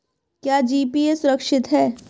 क्या जी.पी.ए सुरक्षित है?